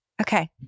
Okay